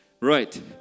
Right